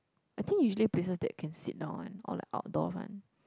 I think usually business that can sit down one or like outdoors one